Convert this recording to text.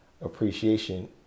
appreciation